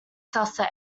sussex